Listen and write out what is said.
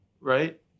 right